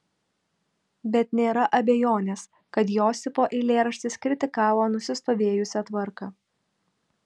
bet nėra abejonės kad josifo eilėraštis kritikavo nusistovėjusią tvarką